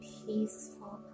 peaceful